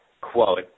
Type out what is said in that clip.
quote